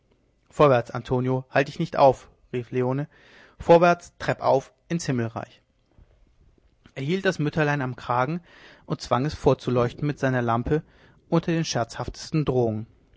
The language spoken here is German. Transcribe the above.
vorwärts antonio halt dich nicht auf rief leone vorwärts treppauf ins himmelreich er hielt das mütterlein am kragen und zwang es vorzuleuchten mit seiner lampe unter den scherzhaftesten drohungen